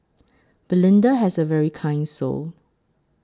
Belinda has a very kind soul